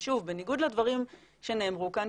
שוב בניגוד לדברים שנאמרו כאן,